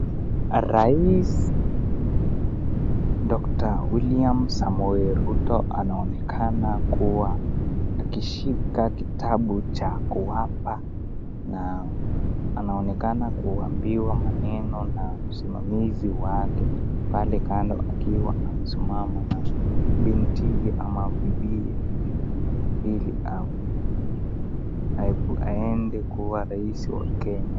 Rais Dr William Samoei Ruto anaonekana kuwa akishika kitabu cha kuapa na anaonekana kuambiwa maneno na msimamizi wake pale kando akiwa amesimama na bintiye ama bibiye ili aende kuwa rais wa Kenya.